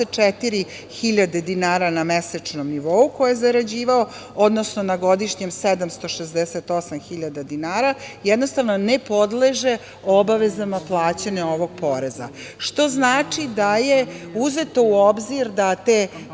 64.000 dinara na mesečnom nivou ko je zarađivao, odnosno na godišnjem nivou 768.000 dinara, jednostavno ne podleže obavezama plaćanja ovog poreza. Što znači da je uzeto u obzir da te,